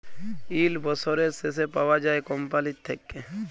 yield বসরের শেষে পাউয়া যায় কম্পালির থ্যাইকে